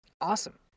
Awesome